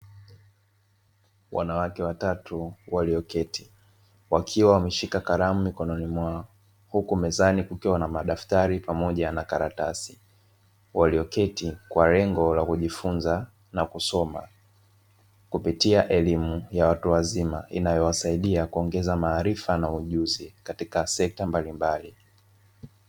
Wanawake watatu walioketi wakiwa wameshika kalamu mikononi mwao huku mezani kukiwa na madaftari pamoja na karatasi walioketi kwa lengo la kujifunza na kusoma kupitia elimu ya watu wazima inayowasaidia kuongeza maarifa na ujuzi katika sekta mbalimbali.